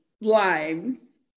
limes